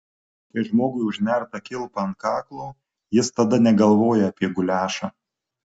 kai žmogui užnerta kilpa ant kaklo jis tada negalvoja apie guliašą